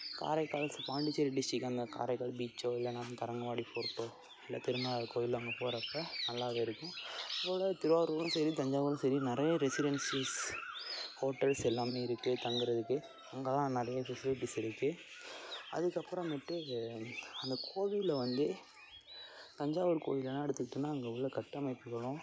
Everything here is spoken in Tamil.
காரைக்கால் பாண்டிச்சேரி டிஸ்ட்ரிக் அந்த காரைக்கால் பீச்சோ இல்லைன்னா தரங்கம்பாடி ஃபோர்ட்டோ இல்லை திருநள்ளாறு கோவில் அங்கே போகிறப்ப நல்லா இருக்கும் அதோடு திருவாரூரும் சரி தஞ்சாவூரும் சரி நிறைய ரெஸிடென்ஸிஸ் ஹோட்டல்ஸ் எல்லாமே இருக்குது தங்குகிறதுக்கு அங்கே தான் நிறைய ஃபெசிலிட்டிஸ் இருக்குது அதுக்கப்புறமேட்டு இது அந்த கோவிலில் வந்து தஞ்சாவூர் கோவில்லலாம் எடுத்துக்கிட்டோம்ன்னா அங்கே உள்ள கட்டமைப்புகளும்